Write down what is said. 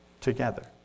together